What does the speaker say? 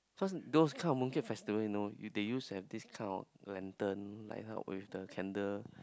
cause those kind of Mooncake Festival you know they used to have this kind of lantern like held with the candle